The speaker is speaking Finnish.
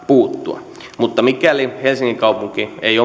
puuttua mutta mikäli helsingin kaupunki ei